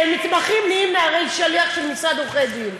שמתמחים נהיים נערי שליח של משרד עורכי-דין.